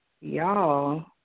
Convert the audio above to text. y'all